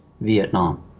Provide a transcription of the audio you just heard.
Vietnam